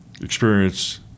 experience